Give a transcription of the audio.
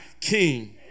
king